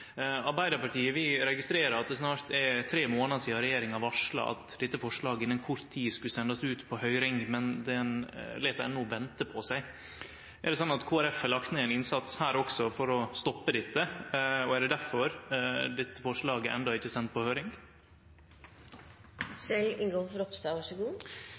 Arbeidarpartiet registrerer at det snart er tre månader sidan regjeringa varsla at dette forslaget innan kort tid skulle bli sendt ut på høyring, men det lèt enno vente på seg. Er det sånn at Kristeleg Folkeparti har lagt ned ein innsats her også for å stoppe dette, og er det difor dette forslaget enno ikkje er sendt på